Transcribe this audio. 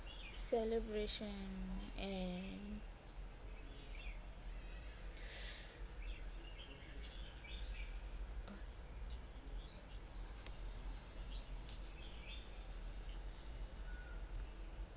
celebration and